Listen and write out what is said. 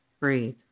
Breathe